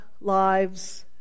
lives